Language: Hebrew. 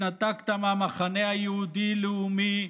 התנתקת מהמחנה היהודי-לאומי,